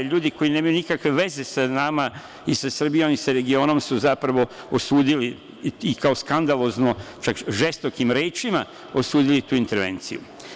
LJudi koji nemaju nikakve veze sa nama i sa Srbijom i sa regionom su zapravo osudili i kao skandalozno, čak žestokim rečima osudili tu intervenciju.